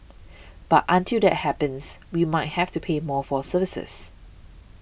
but until that happens we might have to pay more for services